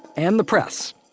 and the press.